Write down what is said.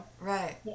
right